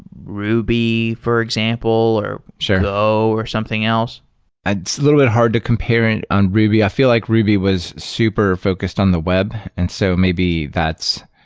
ruby, for example, or so go, or something else? it's a little bit hard to compare it on ruby. i feel like ruby was super focused on the web. and so maybe that's